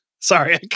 Sorry